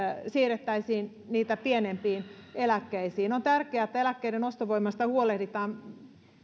siirrettäisiin niitä pienimpiin eläkkeisiin on tärkeää että eläkkeiden ostovoimasta huolehditaan